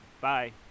Bye